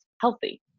healthy